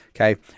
okay